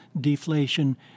deflation